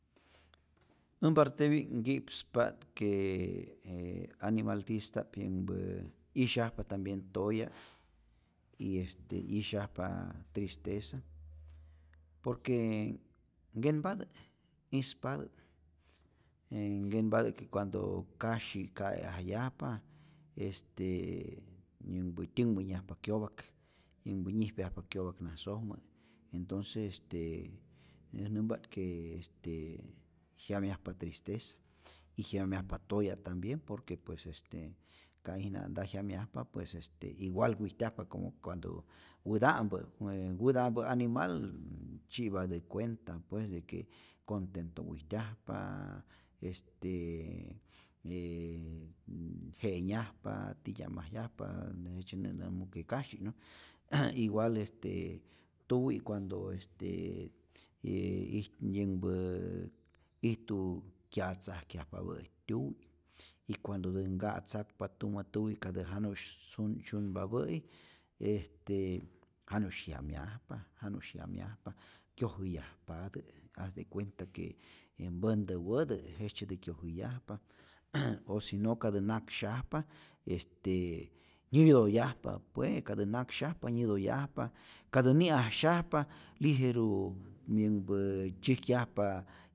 Äj mpartepi'k nki'pspa't que je animaltistap yänhpä 'yisyajpa tambien toya' y este 'yisyajpa tristeza por que nkenpatä, ispatä, e nkenpatä que cuando kasyi ka'e'ajyajpa este yänhpä tyänhmä'nyajpa kyopak. yänhpä nyijpyajpa kyopak nasojmä, entonce este äj nämpa't que este jyamyajpa tristeza y jyamyjapa toya' tambien, por que pues este ka'ijna nta jyamyajpa pues este igual wijtyajpa como cuando wäta'mpä, wäta'mpä animal nnn tzyi'patä kuenta pues te que contento wijtyajp, este e je'nyajpa titya'majyajpa. nn- jejtzye't nä't nämu que kasyi', igual este tuwi' cuando este e ij yänhpä ijtu kya'tzajkyajpapä'i tyuwi' y cuandotä nka'tzakpa tumä tuwi', katä janusy sun syunpapä'i, este janu'sy jyamyajpa janusy jyamyajpa kyojäyajpatä, as de cuenta que mpäntäwätä, jejtzyetä kyojäyajpa o si no katä naksyajpa este nyätyoyajpa pue, katä naksyajpa nyätoyajpa, katä ni'asyajpa lijeru yänhpä tzyäjkyajpa.